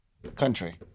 country